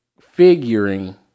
figuring